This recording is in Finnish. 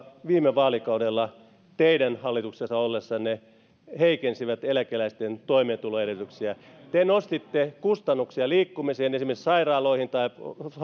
viime vaalikaudella teidän hallituksessa ollessanne heikensivät eläkeläisten toimeentulon edellytyksiä te nostitte kustannuksia liikkumiseen esimerkiksi sairaaloihin tai